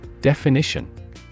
Definition